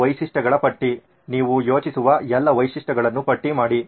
ಅದು ವೈಶಿಷ್ಟ್ಯಗಳ ಪಟ್ಟಿ ನೀವು ಯೋಚಿಸುವ ಎಲ್ಲಾ ವೈಶಿಷ್ಟ್ಯಗಳನ್ನು ಪಟ್ಟಿ ಮಾಡಿ